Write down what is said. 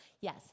Yes